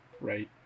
right